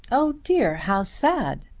oh dear how sad!